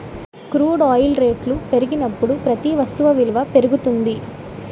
crude oil రేట్లు పెరిగినప్పుడు ప్రతి వస్తు విలువ పెరుగుతుంది